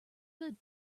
good